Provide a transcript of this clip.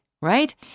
Right